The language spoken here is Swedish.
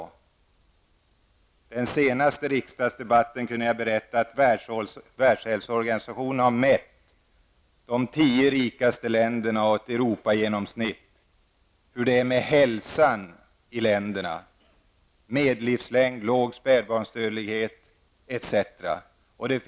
I den senaste riksdagsdebatten i detta sammanhang kunde jag berätta att Världshälsoorganisationen har gjort mätningar och tittat på förhållandena i de tio rikaste länderna. Det handlar då om ett Europagenomsnitt och om hur det är med hälsan i de olika länderna. Man har tittat på medellivslängden, på hur låg spädbarnsdödligheten är etc.